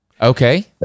okay